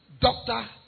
Doctor